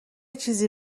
چیزی